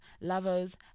lovers